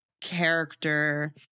character